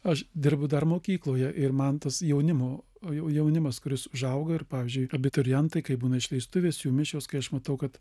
aš dirbu dar mokykloje ir man tas jaunimo o jaunimas kuris užauga ir pavyzdžiui abiturientai kai būna išleistuvės jų mišios kai aš matau kad